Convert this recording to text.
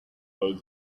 told